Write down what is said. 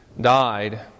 died